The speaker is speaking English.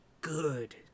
good